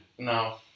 No